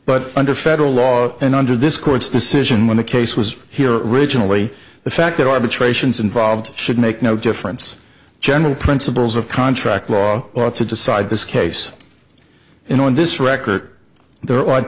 but under federal law and under this court's decision when the case was here originally the fact that arbitrations involved should make no difference general principles of contract law ought to decide this case in on this record there ou